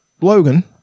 Logan